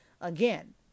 again